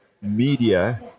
media